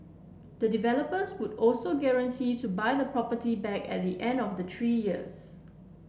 the developers would also guarantee to buy the property back at the end of the three years